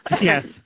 Yes